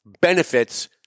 benefits